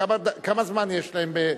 כמה זמן יש להם?